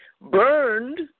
burned